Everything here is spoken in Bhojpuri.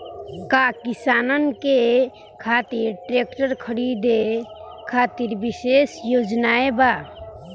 का किसानन के खातिर ट्रैक्टर खरीदे खातिर विशेष योजनाएं बा?